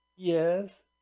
Yes